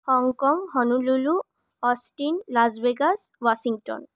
Hong Kong Honolulu Austin Las Vegas Washington